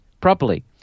properly